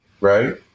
Right